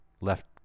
left